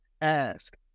ask